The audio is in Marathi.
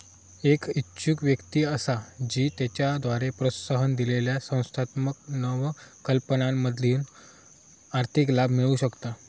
एक इच्छुक व्यक्ती असा जी त्याच्याद्वारे प्रोत्साहन दिलेल्या संस्थात्मक नवकल्पनांमधना आर्थिक लाभ मिळवु शकता